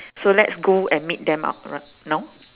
so let's go and meet them out now